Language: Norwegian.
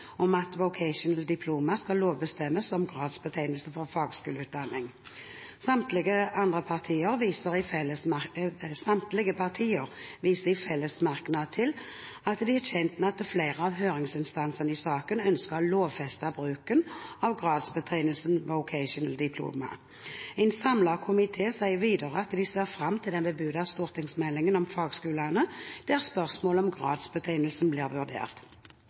om at Vocational Diploma skal lovbestemmes som gradsbetegnelse for fagskoleutdanning. Samtlige partier viser i fellesmerknad til at de er kjent med at flere av høringsinstansene i saken ønsker å lovfeste bruken av gradsbetegnelsen Vocational Diploma. En samlet komité sier videre at de ser fram til den bebudede stortingsmeldingen om fagskolene, der spørsmål om gradsbetegnelse vil bli vurdert.